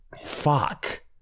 Fuck